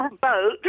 Boat